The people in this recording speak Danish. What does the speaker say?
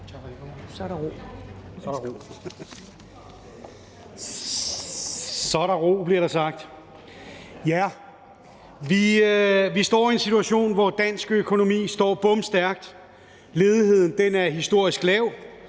(Ordfører) Henrik Møller (S): Vi står i en situation, hvor dansk økonomi står bomstærkt. Ledigheden er historisk lav.